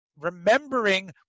Remembering